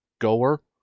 goer